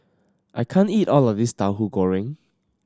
I can't eat all of this Tahu Goreng